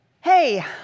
Hey